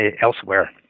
elsewhere